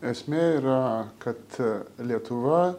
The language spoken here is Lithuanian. esmė yra kad lietuva